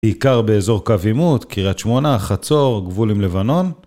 בעיקר באזור קו עימות, קריית שמונה, חצור, גבול עם לבנון.